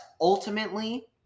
ultimately